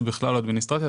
זה בכלל לא אדמיניסטרציה,